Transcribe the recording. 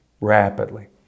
rapidly